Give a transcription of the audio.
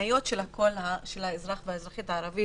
המניות של האזרח והאזרחית הערבים